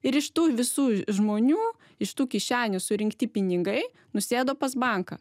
ir iš tų visų žmonių iš tų kišenių surinkti pinigai nusėdo pas banką